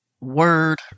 word